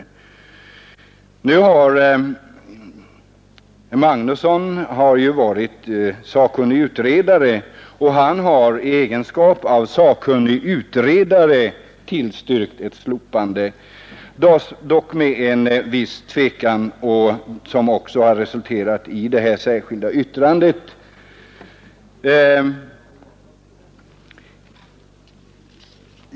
Förbundsordförande Magnusson har ju varit särskild, sakkunnig utredare och i den egenskapen tillstyrkt ett slopande, dock med en viss tvekan som också resulterade i det här särskilda yttrandet.